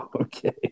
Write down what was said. Okay